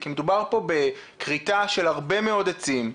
כי מדובר פה בכריתה של הרבה מאוד עצים,